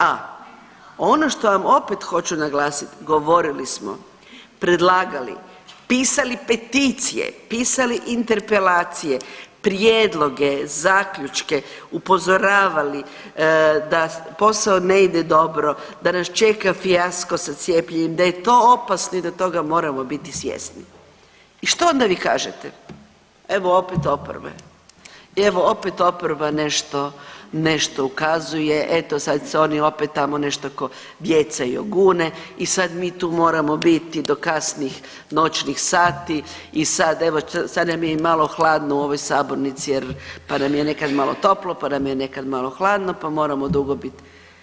A ono što vam opet hoću naglasit, govorili smo, predlagali, pisali peticije, pisali interpelacije, prijedloge, zaključke, upozoravali da posao ne ide dobro, da nas čeka fijasko sa cijepljenjem, da je to opasno i da toga moramo biti svjesni i što onda vi kažete, evo opet oporbe i evo opet oporba nešto, nešto ukazuje, eto sad se oni opet tamo nešto ko djeca jogune i sad mi tu moramo biti do kasnih noćnih sati i sad evo, sad nam je i malo hladno u ovoj sabornici jer, pa nam je nekad malo toplo, pa nam je nekad malo hladno, pa moramo dugo bit.